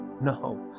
no